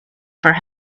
for